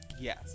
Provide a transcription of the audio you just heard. Yes